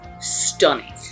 stunning